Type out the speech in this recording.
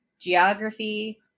geography